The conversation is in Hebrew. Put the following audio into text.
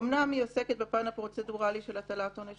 אמנם היא עוסקת בפן הפרוצדורלי של הטלת עונש